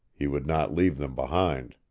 he would not leave them behind.